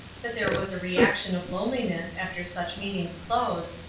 that there was a reaction of loneliness after such meetings closed,